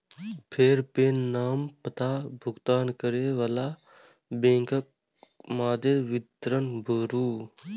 फेर पेन, नाम, पता, भुगतान करै बला बैंकक मादे विवरण भरू